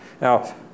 Now